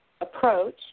approach